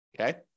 okay